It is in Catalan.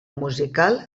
musical